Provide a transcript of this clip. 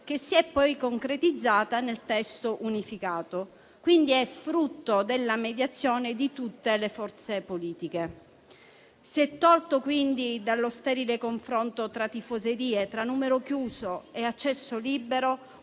che si sono poi concretizzate nel testo unificato. Quindi, è frutto della mediazione di tutte le forze politiche. Si è tolto dallo sterile confronto tra tifoserie, tra numero chiuso e accesso libero,